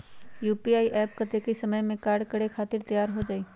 UPI app कतेइक समय मे कार्य करे खातीर तैयार हो जाई?